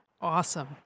Awesome